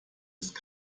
ist